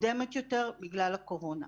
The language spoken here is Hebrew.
מוקדמת יותר בגלל הקורונה.